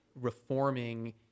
reforming